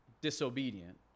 disobedient